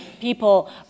people